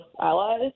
allies